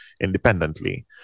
independently